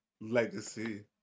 legacy